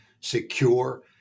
secure